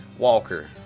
Walker